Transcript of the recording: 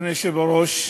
אדוני היושב-ראש,